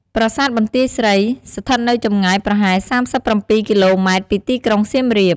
ប្រាសាទបន្ទាយស្រី ស្ថិតនៅចម្ងាយប្រហែល ៣៧ គីឡូម៉ែត្រពីទីក្រុងសៀមរាប។